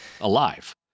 alive